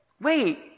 wait